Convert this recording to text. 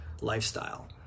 lifestyle